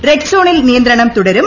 റെഡ്സോണിൽ നിയന്ത്ര്ണം തുടരും